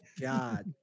God